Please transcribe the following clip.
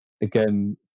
again